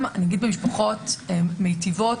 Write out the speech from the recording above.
גם במשפחות מיטיבות,